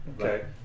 Okay